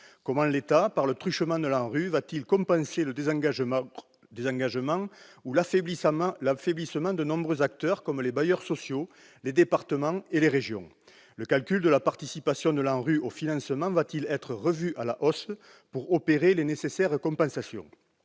Comment l'État, par le truchement de l'ANRU, va-t-il compenser le désengagement ou l'affaiblissement de nombreux acteurs comme les bailleurs sociaux, les départements et les régions ? Le calcul de la participation de l'ANRU au financement va-t-il être revu à la hausse pour opérer les nécessaires compensations ?